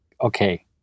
okay